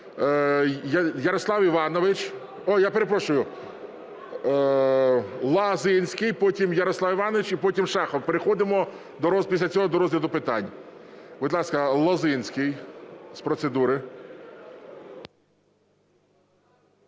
Ярослав Іванович. Я перепрошую, Лозинський. Потім Ярослав Іванович. І потім Шахов. Переходимо після цього до розгляду питань. Будь ласка, Лозинський з процедури.